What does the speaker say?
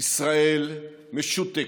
ישראל משותקת,